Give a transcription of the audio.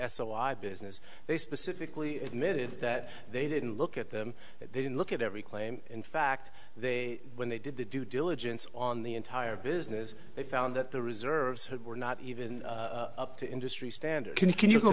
o i business they specifically admitted that they didn't look at them they didn't look at every claim in fact they when they did the due diligence on the entire business they found that the reserves had were not even up to industry standard can you go